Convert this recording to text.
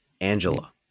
Angela